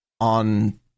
on